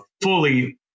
fully